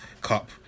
Cup